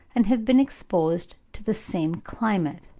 and have been exposed to the same climate.